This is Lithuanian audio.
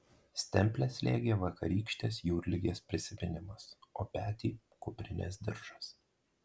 stemplę slėgė vakarykštės jūrligės prisiminimas o petį kuprinės diržas